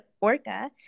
orca